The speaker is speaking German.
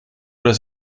oder